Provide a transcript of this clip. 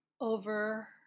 over